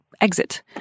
exit